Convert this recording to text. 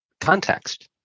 context